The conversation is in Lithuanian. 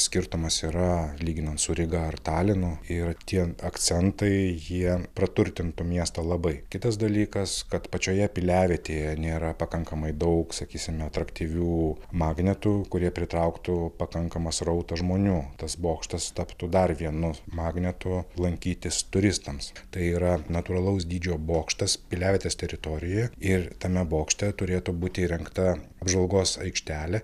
skirtumas yra lyginant su ryga ar talinu ir tie akcentai jie praturtintų miestą labai kitas dalykas kad pačioje piliavietėje nėra pakankamai daug sakysime atraktyvių magnetų kurie pritrauktų pakankamą srautą žmonių tas bokštas taptų dar vienu magnetu lankytis turistams tai yra natūralaus dydžio bokštas piliavietės teritorijoje ir tame bokšte turėtų būti įrengta apžvalgos aikštelė